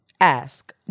ask